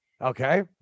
Okay